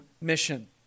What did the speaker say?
Mission